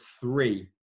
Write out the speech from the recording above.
three